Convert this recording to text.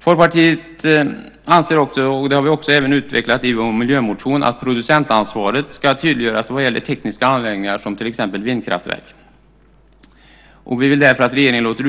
Folkpartiet anser också, och det har vi även utvecklat i vår miljömotion, att producentansvaret ska tydliggöras vad gäller tekniska anläggningar som vindkraftverk. Vi vill därför att regeringen låter